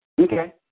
Okay